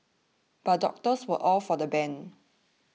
but doctors were all for the ban